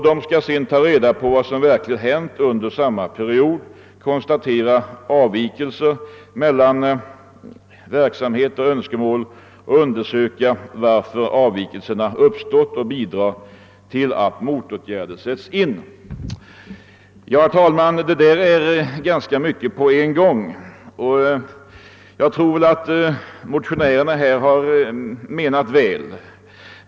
De skall sedan ta reda på vad som verkligen inträffat under samma period, konstatera avvikelse mellan verksamhet och önskemål, undersöka varför avvikelserna uppstått och medverka till att motåtgärder sätts in. Detta är ganska mycket på en gång, och jag tror att motionärerna menat väl.